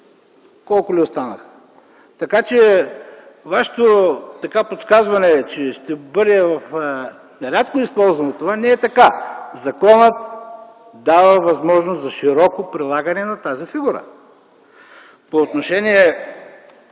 Колко ли останаха? Така че Вашето подсказване, че това ще бъде рядко използвано, не е така. Законът дава възможност за широко прилагане на тази фигура. По отношение